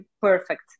perfect